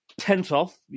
Tentoff